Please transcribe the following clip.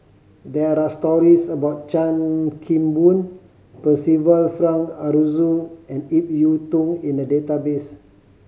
there are stories about Chan Kim Boon Percival Frank Aroozoo and Ip Yiu Tung in the database